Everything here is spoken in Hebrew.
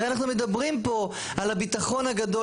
הרי אנחנו מדברים פה על הביטחון הגדול